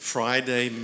Friday